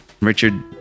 Richard